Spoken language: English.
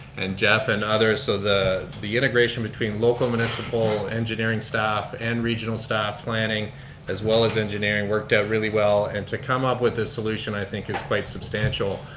and geoff, and others. so the the integration between local municipal, engineering staff, and regional staff planning as well as engineering worked out really well. and to come up with this solution, i think, is quite substantial.